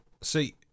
See